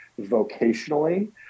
vocationally